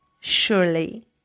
surely